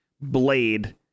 Blade